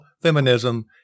feminism